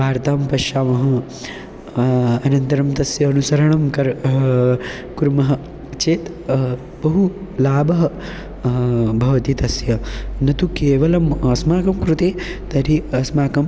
वार्तां पश्यामः अनन्तरं तस्य अनुसरणं कर कुर्मः चेत् बहु लाभः भवति तस्य न तु केवलम् अस्माकं कृते तर्हि अस्माकं